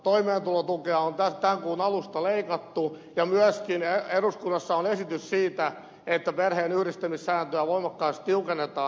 toimeentulotukea on tämän kuun alusta leikattu ja eduskunnassa on myöskin esitys siitä että perheenyhdistämissääntöä voimakkaasti tiukennetaan